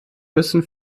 müssen